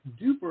duper